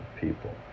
people